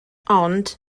ond